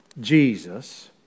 Jesus